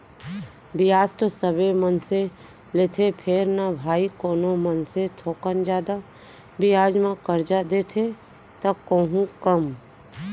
बियाज तो सबे मनसे लेथें फेर न भाई कोनो मनसे थोकन जादा बियाज म करजा देथे त कोहूँ कम